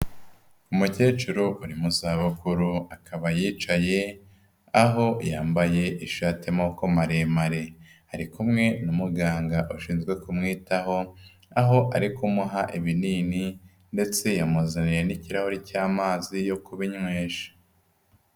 Umukecuru uri mu zabukuru akaba yicaye, aho yambaye ishati y'amaboko maremare. Ari kumwe n'umuganga ushinzwe kumwitaho, aho ari kumuha ibinini ndetse yamuzaniye n'ikirahuri cy'amazi yo kubinywesha.